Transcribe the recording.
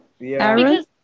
Aaron